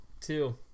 two